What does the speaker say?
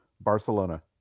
Barcelona